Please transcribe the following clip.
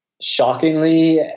Shockingly